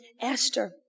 Esther